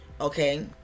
okay